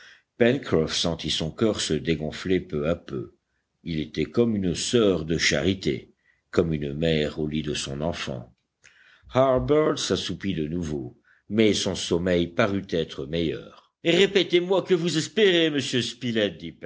pencroff sentit son coeur se dégonfler peu à peu il était comme une soeur de charité comme une mère au lit de son enfant harbert s'assoupit de nouveau mais son sommeil parut être meilleur répétez-moi que vous espérez monsieur